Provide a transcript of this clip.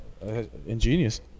Ingenious